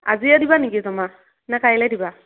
আজিয়েই দিবা নেকি জমা নে কাইলৈ দিবা